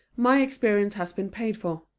my experience has been paid for.